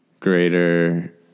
greater